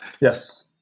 Yes